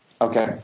Okay